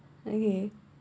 okay